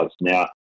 Now